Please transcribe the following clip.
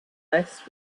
list